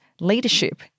leadership